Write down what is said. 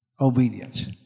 Obedience